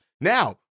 Now